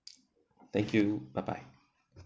thank you bye bye